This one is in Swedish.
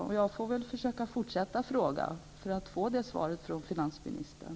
Jag får väl försöka fortsätta att fråga för att få svaret från finansministern.